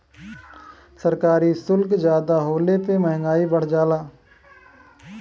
सरकारी सुल्क जादा होले पे मंहगाई बढ़ जाला